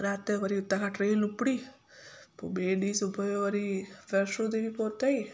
राति जो वरी उतां खां ट्रेन लुपड़ी पोइ ॿिए ॾींहुं सुबुह जो वरी वैष्णो देवी पहुतईं